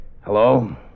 Hello